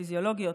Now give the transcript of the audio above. הפיזיולוגיות,